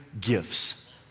gifts